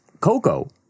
Coco